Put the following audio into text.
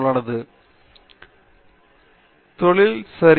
பேராசிரியர் பிரதாப் ஹரிதாஸ் தொழில் சரி